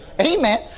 Amen